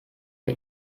der